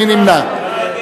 מי נמנע?